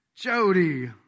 Jody